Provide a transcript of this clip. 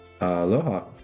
Aloha